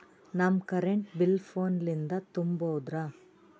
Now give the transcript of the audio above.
ನಮ್ current bill ಫೋನ ಲಿಂದೇ ತುಂಬೌದ್ರಾ?